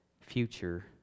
future